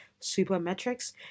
Supermetrics